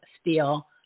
Steel